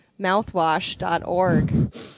Mouthwash.org